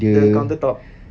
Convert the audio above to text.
the counter top